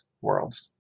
worlds